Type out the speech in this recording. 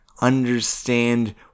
understand